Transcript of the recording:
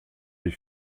les